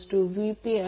64 j 0